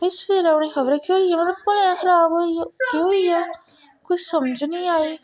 फ्ही सवेरे उ'नेंगी खबरै केह् होई गेआ मतलब भलेआं गै खराब होई गे केह् होई गेआ कोई समझ नी आए